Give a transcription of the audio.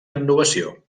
innovació